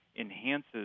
enhances